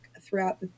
throughout